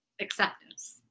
acceptance